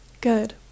Good